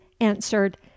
answered